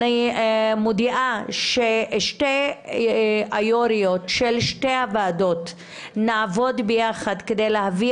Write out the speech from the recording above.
אני מודיעה ששתי היו"ריות של שתי הוועדות נעבוד ביחד כדי להביא